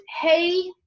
Hey